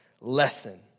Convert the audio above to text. lesson